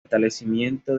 establecimiento